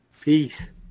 Peace